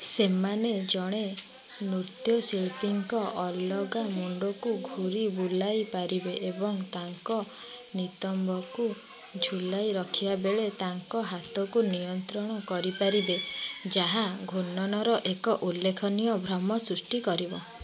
ସେମାନେ ଜଣେ ନୃତ୍ୟଶିଳ୍ପୀଙ୍କ ଅଲଗା ମୁଣ୍ଡକୁ ଘୁରି ବୁଲାଇ ପାରିବେ ଏବଂ ତାଙ୍କ ନିତମ୍ବକୁ ଝୁଲାଇ ରଖିବା ବେଳେ ତାଙ୍କ ହାତକୁ ନିୟନ୍ତ୍ରଣ କରି ପାରିବେ ଯାହା ଘୂର୍ଣ୍ଣନର ଏକ ଉଲ୍ଲେଖନୀୟ ଭ୍ରମ ସୃଷ୍ଟି କରିବ